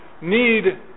need